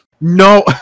No